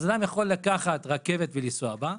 אז אדם יכול לקחת רכבת ולנסוע בה.